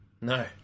No